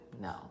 No